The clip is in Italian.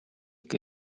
che